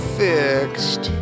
fixed